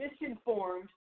misinformed